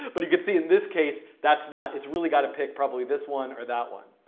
but you can see, in this case, that's not it's really got to pick, probably, this one or that one.